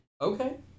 Okay